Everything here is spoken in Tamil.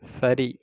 சரி